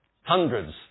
hundreds